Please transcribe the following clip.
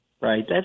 right